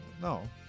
No